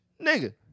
nigga